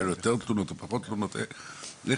היה לו יותר תלונות או פחות תלונות?